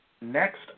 Next